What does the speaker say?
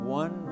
one